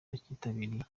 bacyitabiriye